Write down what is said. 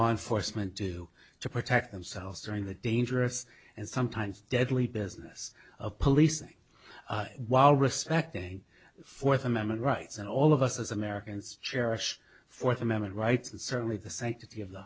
one foresman do to protect themselves during the dangerous and sometimes deadly business of policing while respecting fourth amendment rights and all of us as americans cherish fourth amendment rights and certainly the sanctity of the